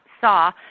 Saw